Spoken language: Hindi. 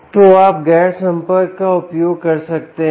तो आप गैर संपर्क का उपयोग कर सकते हैं